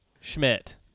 Schmidt